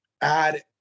add